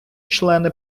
члени